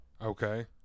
Okay